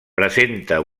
presenta